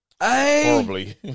horribly